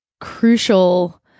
crucial